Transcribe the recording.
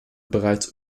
bereits